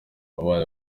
abana